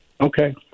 okay